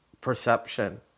perception